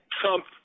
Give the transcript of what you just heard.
Trump